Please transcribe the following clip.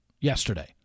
yesterday